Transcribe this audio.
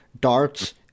darts